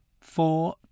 four